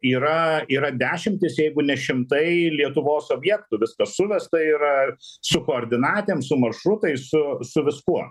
yra yra dešimtys jeigu ne šimtai lietuvos objektų viskas suvesta yra su koordinatėm su maršrutais su su viskuo